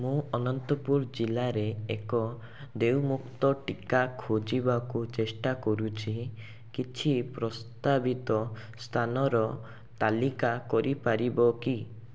ମୁଁ ଅନନ୍ତପୁର ଜିଲ୍ଲାରେ ଏକ ଦେୟମୁକ୍ତ ଟିକା ଖୋଜିବାକୁ ଚେଷ୍ଟା କରୁଛି କିଛି ପ୍ରସ୍ତାବିତ ସ୍ଥାନର ତାଲିକା କରିପାରିବ କି